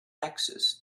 axis